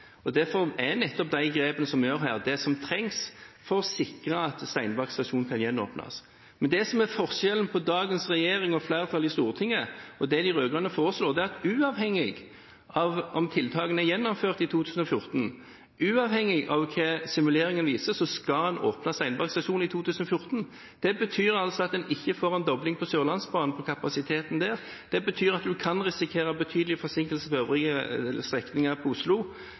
positiv. Derfor er nettopp de grepene som vi gjør her, det som trengs for å sikre at Steinberg stasjon kan gjenåpnes. Men det som er forskjellen på dagens regjering og flertallet i Stortinget og det de rød-grønne foreslår, er at uavhengig av om tiltakene er gjennomført i 2014, uavhengig av hva simuleringene viser, skal en åpne Steinberg stasjon i 2014. Det betyr altså at en ikke får en dobling av kapasiteten på Sørlandsbanen, og det betyr at en kan risikere betydelige forsinkelser på øvrige strekninger inn mot Oslo S. Det vil jeg fraråde. En ser på